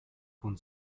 von